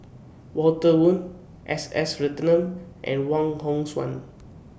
Walter Woon S S Ratnam and Wong Hong Suen